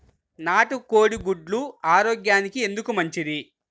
నాటు కోడి గుడ్లు ఆరోగ్యానికి ఎందుకు మంచిది?